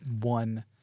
one